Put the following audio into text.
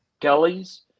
Kelly's